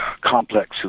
complex